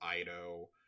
Ido